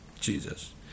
Jesus